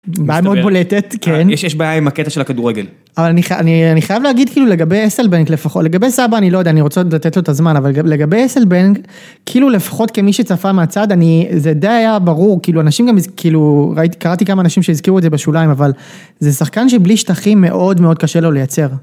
בעיה מאוד בולטת, יש בעיה עם הקטע של הכדורגל. אבל אני חייב להגיד כאילו לגבי אסלבנק לפחות, לגבי סבע אני לא יודע, אני רוצה לתת לו את הזמן, אבל לגבי אסלבנק, כאילו לפחות כמי שצפה מהצד, אני, זה די היה ברור, כאילו אנשים גם, כאילו קראתי כמה אנשים שהזכירו את זה בשוליים, אבל זה שחקן שבלי שטחים מאוד מאוד קשה לו לייצר.